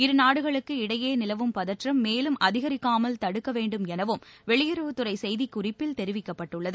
இருநாடுகளுக்கு இடையே நிலவும் பதற்றம் மேலும் அதிகரிக்காமல் தடுக்க வேண்டும் எனவும் வெளியுறவுத்துறை செய்திக்குறிப்பில் தெரிவிக்கப்பட்டுள்ளது